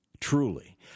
Truly